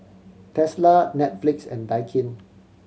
Tesla Netflix and Daikin